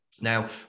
Now